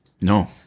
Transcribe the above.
No